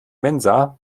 mensa